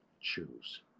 Choose